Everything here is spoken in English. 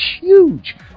huge